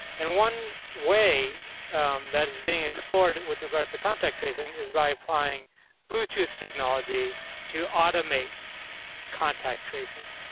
and one way that is being explored with regards to contact tracing is by applying bluetooth technology to automate contact tracing.